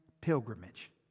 pilgrimage